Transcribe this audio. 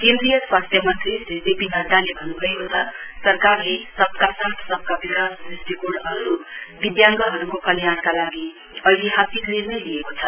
केन्द्रीय स्वास्थ्य मन्त्री श्री जे पी नड्डाले भन्नुभएको छ सरकारले सबका साथ सबका विकास ृष्टिकोण अन्रूप दिब्याङ्गहरूको कल्याणका लागि ऐतिहासिक निर्णय लिएको छ